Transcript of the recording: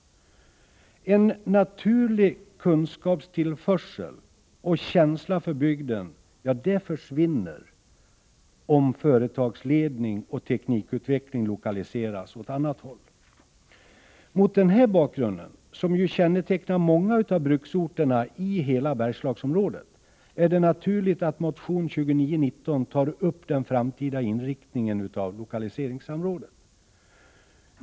En naturlig kunskapstillförsel och känsla för bygden försvinner om företagsledning och teknikutveckling lokaliseras åt annat håll. Mot denna bakgrund som ju kännetecknar många av bruksorterna i hela Bergslagsområdet är det naturligt att motion 2919 tar upp den framtida inriktningen av lokaliseringssamrådet.